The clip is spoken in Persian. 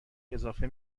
اضافه